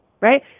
right